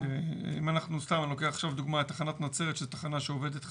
אם אני לוקח עכשיו כדוגמה את תחנת נצרת שזאת תחנה שעובדת חזק,